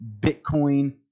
Bitcoin